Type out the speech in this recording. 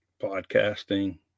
podcasting